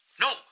No